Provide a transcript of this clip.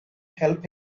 help